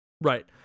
right